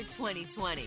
2020